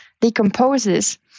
decomposes